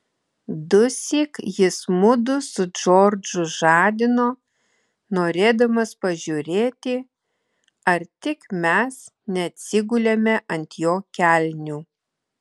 dusyk jis mudu su džordžu žadino norėdamas pažiūrėti ar tik mes neatsigulėme ant jo kelnių